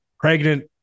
pregnant